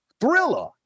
thriller